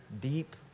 deep